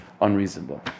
unreasonable